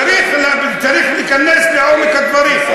צריך להיכנס לעומק הדברים.